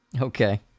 Okay